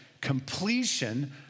completion